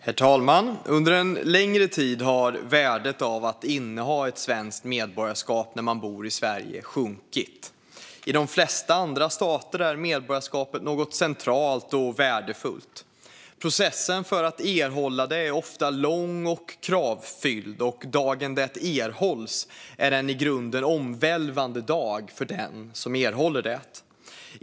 Herr talman! Under en längre tid har värdet av att inneha ett svenskt medborgarskap när man bor i Sverige sjunkit. I de flesta andra stater är medborgarskap något centralt och värdefullt. Processen för att erhålla det är ofta lång och kravfylld, och dagen det erhålls är en i grunden omvälvande dag för den som erhåller det.